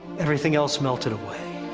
everything else melted away.